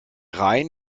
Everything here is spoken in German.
rhein